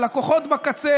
הלקוחות בקצה.